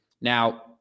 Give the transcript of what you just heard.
Now